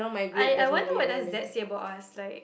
I I wonder what does that say about us like